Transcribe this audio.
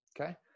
okay